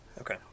Okay